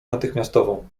natychmiastową